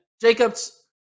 Jacobs